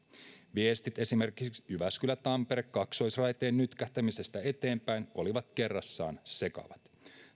viestit esimerkiksi jyväskylä tampere kaksoisraiteen nytkähtämisestä eteenpäin olivat kerrassaan sekavat